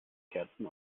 kerzen